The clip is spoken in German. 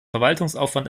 verwaltungsaufwand